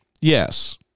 yes